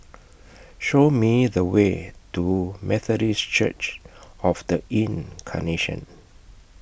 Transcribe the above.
Show Me The Way to Methodist Church of The Incarnation